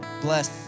bless